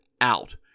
out